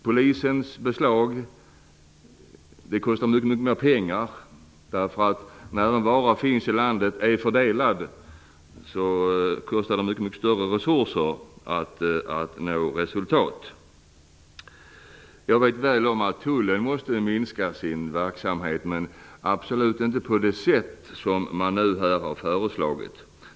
Polisens beslag "kostar" mycket mer pengar därför att när en vara finns i landet, krävs mycket större resurser att nå resultat. Jag vet väl att tullen måste minska sin verksamhet, men absolut inte på det sätt som man nu har föreslagit.